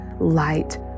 light